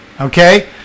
Okay